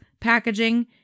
packaging